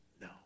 No